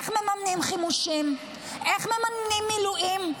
איך מממנים חימושים, איך מממנים מילואים?